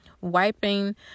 Wiping